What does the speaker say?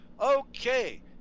okay